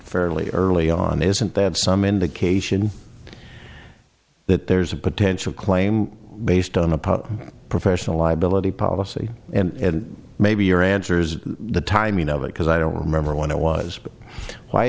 fairly early on the isn't there some indication that there's a potential claim based on the professional liability policy and maybe your answers the timing of it because i don't remember when it was